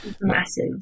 massive